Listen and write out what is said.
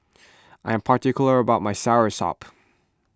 I am particular about my Soursop